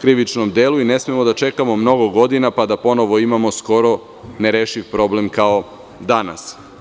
krivičnom delu i ne smemo da čekamo mnogo godina, pa da opet imamo skoro nerešiv problem kao danas.